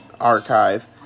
archive